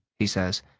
he says.